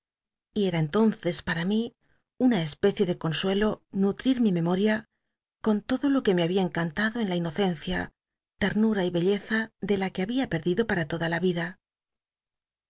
y cm culon ces pata rní una especie de consuelo nult'il mi memoria con todo lo que me había encantado en la inocencia l ern um y belleza de la que babia perdido para toda la ida